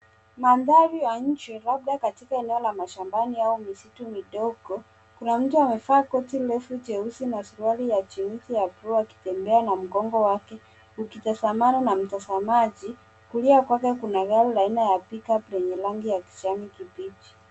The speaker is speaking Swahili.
Mandhari ya nje labda katika eneo la mashambani au misitu midogo kuna mtu amevaa koti ndefu jeusi na suruali ya jinsi ya buluu akitembea na mgongo wake ukitazamana na mtazamaji, kulia kwake kuna gari la aina ya pick-up lenye rangi ya kijani kibichi.